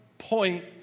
point